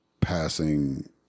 passing